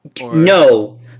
No